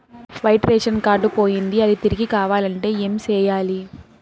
white ration card పోయింది అది తిరిగి కావాలంటే ఏం సేయాలి